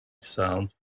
sound